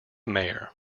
mayor